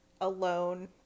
alone